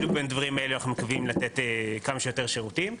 אנחנו מקווים לתת כמה שיותר שירותים.